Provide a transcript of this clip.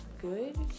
good